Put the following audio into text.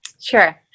Sure